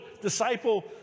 disciple